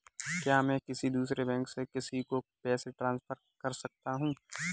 क्या मैं किसी दूसरे बैंक से किसी को पैसे ट्रांसफर कर सकता हूँ?